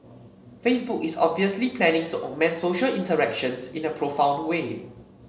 Facebook is obviously planning to augment social interactions in a profound way